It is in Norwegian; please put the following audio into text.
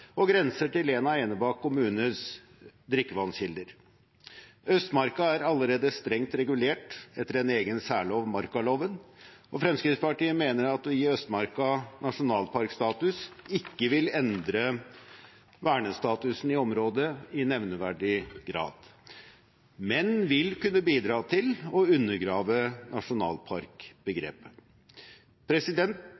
og grenser til en av Enebakk kommunes drikkevannskilder. Østmarka er allerede strengt regulert etter en egen særlov, markaloven, og Fremskrittspartiet mener at å gi Østmarka nasjonalparkstatus ikke vil endre vernestatusen i området i nevneverdig grad, men vil kunne bidra til å undergrave